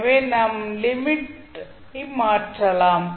எனவே நாம் லிமிட் ஐ மாற்றலாம்